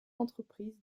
entreprise